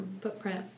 footprint